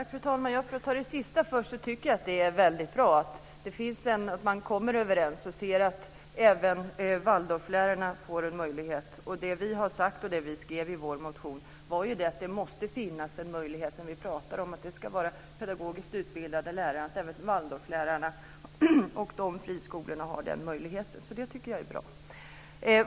Fru talman! Jag besvarar det sista först. Jag tycker att det är väldigt bra att man kommer överens och att även Waldorflärarna får denna möjlighet. Det vi har sagt och det vi skrev i vår motion är att den möjligheten måste finnas. Vi talar om att det ska vara pedagogiskt utbildade lärare, och det gäller även Waldorflärarna. Det tycker jag är bra.